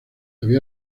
había